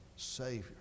Savior